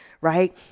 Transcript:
right